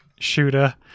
shooter